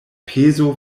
pezo